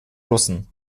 russen